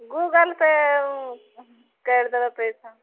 Google Pay ओ हम करि देबै पइसा